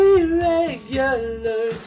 Irregular